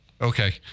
Okay